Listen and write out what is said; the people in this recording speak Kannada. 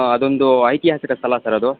ಅದೊಂದು ಐತಿಹಾಸಿಕ ಸ್ಥಳ ಸರ್ ಅದು